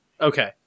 Okay